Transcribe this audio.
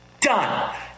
Done